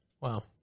Wow